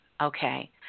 Okay